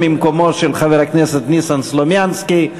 ממקומו של חבר הכנסת ניסן סלומינסקי.